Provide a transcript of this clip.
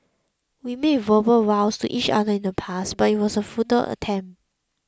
we made verbal vows to each other in the past but it was a futile attempt